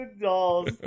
dolls